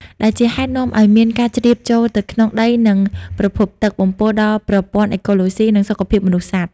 ដែលជាហេតុនាំអោយមាន ការជ្រាបចូលទៅក្នុងដី និងប្រភពទឹក បំពុលដល់ប្រព័ន្ធអេកូឡូស៊ី និងសុខភាពមនុស្សសត្វ។